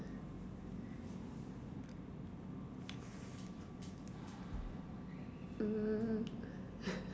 mm